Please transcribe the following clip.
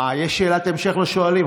יש שאלת המשך לשואלים.